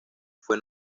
fue